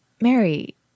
Mary